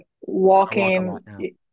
walking